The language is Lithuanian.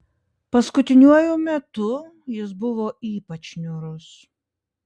paskutiniuoju metu jis buvo ypač niūrus